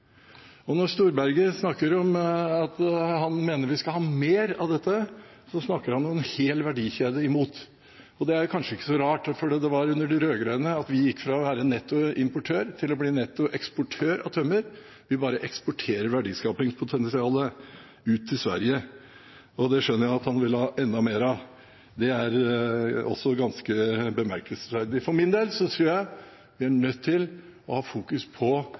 distriktene. Når Storberget snakker om at han mener vi skal ha mer av dette, snakker han imot en hel verdikjede. Det er kanskje ikke så rart, for det var under de rød-grønne vi gikk fra å være nettoimportør til å bli nettoeksportør av tømmer. Vi bare eksporterer verdiskapingspotensialet til Sverige, og det skjønner jeg at han vil ha enda mer av. Det er også ganske bemerkelsesverdig. For min del tror jeg vi er nødt til å fokusere på